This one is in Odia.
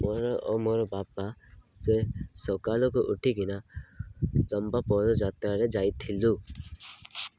ମୋର ଓ ମୋର ବାପା ସେ ସକାଳକୁ ଉଠିକିନା ଲମ୍ବା ପଦ ଯାତ୍ରାରେ ଯାଇଥିଲୁ